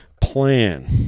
plan